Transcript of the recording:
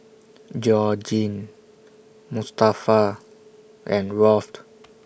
Georgine Mustafa and Rolf